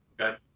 Okay